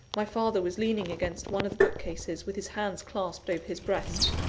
my father was leaning against one of the bookcases, with his hands clasped over his breast.